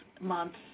months